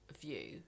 view